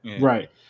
Right